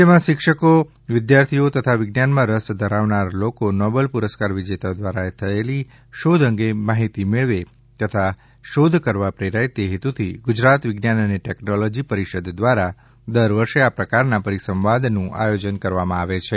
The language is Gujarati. રાજ્મમાં વિદ્યાર્થીઓ શિક્ષકો તથા વિજ્ઞાનમાં રસ ધરાવનાર લોકો નોબેલ પુરસ્કાર વિજેતા દ્વારા થયેલી શોધ અંગે માહિતી મેળવે તથા શોધ કરવા પ્રેરાય તે હેતુથી ગુજરાત વિજ્ઞાન અને ટેક્નોલોજી પરિષદ દ્વારા દરવર્ષે આ પ્રકારના પરિસંવાદનું આયોજન કરાય છે